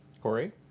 Corey